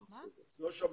לא שמעתי.